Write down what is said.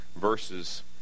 verses